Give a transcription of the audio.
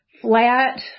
flat